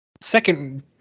second